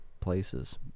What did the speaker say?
places